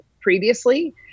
previously